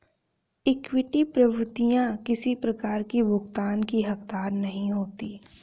equity प्रभूतियाँ किसी प्रकार की भुगतान की हकदार नहीं होती